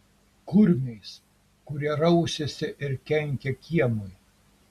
kurmiais kurie rausiasi ir kenkia kiemui